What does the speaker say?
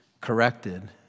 corrected